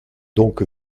donc